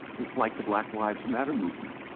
it's like the black lives matter movement.